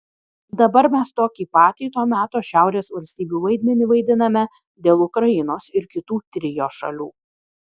dabar mes tokį patį to meto šiaurės valstybių vaidmenį vaidiname dėl ukrainos ir kitų trio šalių